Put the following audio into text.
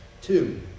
Two